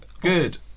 good